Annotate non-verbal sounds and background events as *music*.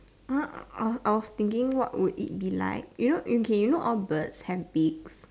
*noise* I was thinking what will it be like you know okay you know all birds have beaks